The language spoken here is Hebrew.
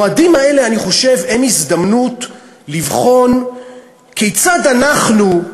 אני חושב שהמועדים האלה הם הזדמנות לבחון כיצד אנחנו,